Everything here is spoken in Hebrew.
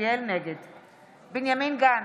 בנימין גנץ,